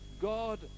god